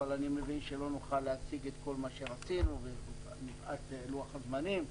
אבל אני מבין שלא נוכל להציג את כל מה שרצינו מפאת לוח הזמנים,